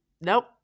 nope